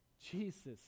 Jesus